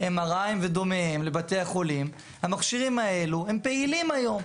לבתי החולים MRI ודומיהם המכשירים האלו הם פעילים היום,